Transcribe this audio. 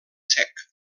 sec